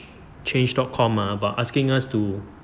change dot com ah by asking us to